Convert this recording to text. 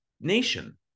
nation